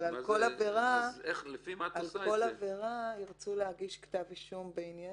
אבל על כל עבירה ירצו להגיש כתב אישום בעניינה.